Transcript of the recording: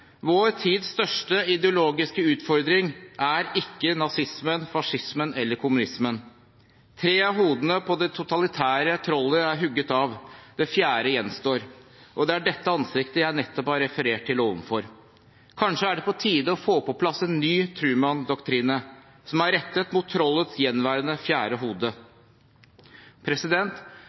Vår tids største ideologiske utfordring er ikke nazismen, fascismen eller kommunismen. Tre av hodene på det totalitære trollet er hugget av, det fjerde gjenstår. Det er dette ansiktet jeg nettopp har referert til ovenfor. Kanskje er det på tide å få på plass en ny trumandoktrine som er rettet mot trollets gjenværende fjerde